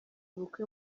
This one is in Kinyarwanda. ubukwe